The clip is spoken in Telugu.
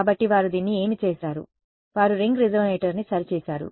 కాబట్టి వారు దీన్ని ఏమి చేసారు వారు రింగ్ రెసొనేటర్ని సరి చేసారు